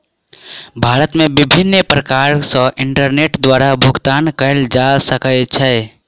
भारत मे विभिन्न प्रकार सॅ इंटरनेट द्वारा भुगतान कयल जा सकै छै